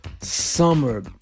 Summer